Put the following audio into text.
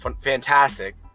fantastic